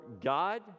god